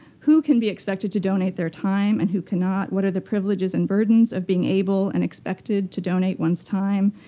who can be expected to donate their time and who cannot? what are the privileges and burdens of being able and expected to donate one's time?